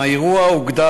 האירוע הוגדר